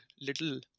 little